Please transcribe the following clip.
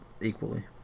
equally